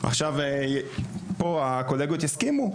עכשיו, פה, הקולגות יסכימו.